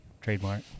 Trademark